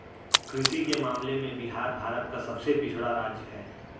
कृषि के मामले में बिहार भारत का सबसे पिछड़ा राज्य है